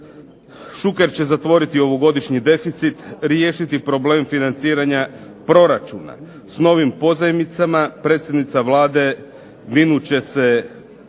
Šuker će zatvoriti ovogodišnji deficit, riješiti problem financiranja proračuna. S novim pozajmicama predsjednica Vlade vinut će se